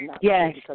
Yes